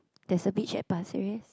there's a beach at Pasir Ris